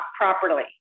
properly